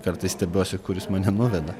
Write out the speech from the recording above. kartais stebiuosi kur jis mane nuveda